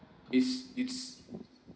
it's it's